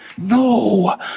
No